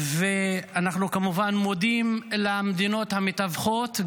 ואנחנו כמובן מודים למדינות המתווכות,